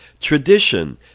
tradition